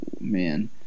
Man